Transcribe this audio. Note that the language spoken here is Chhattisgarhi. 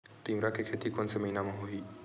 तीवरा के खेती कोन से महिना म होही?